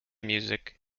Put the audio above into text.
music